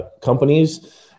companies